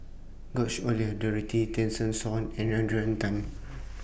George Oehlers Dorothy Tessensohn and Adrian Tan